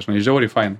žinai žiauriai faina